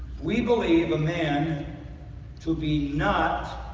we believe a man to be not